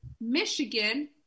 Michigan